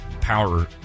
power